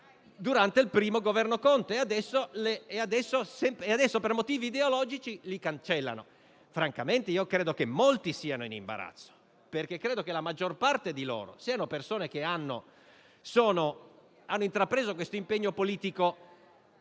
durante il primo Governo Conte, e che adesso per motivi ideologici cancellano. Francamente credo che molti di loro siano in imbarazzo. Penso che la maggior parte di loro siano persone che hanno intrapreso l'impegno politico